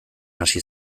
hasi